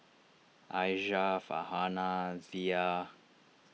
Aisyah Farhanah Dhia